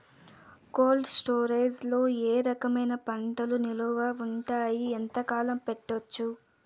Cold storage లో ఏ రకమైన పంటలు నిలువ ఉంటాయి, ఎంతకాలం పెట్టొచ్చు?